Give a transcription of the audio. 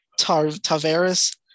Tavares